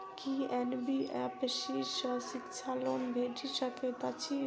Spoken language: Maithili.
की एन.बी.एफ.सी सँ शिक्षा लोन भेटि सकैत अछि?